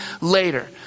later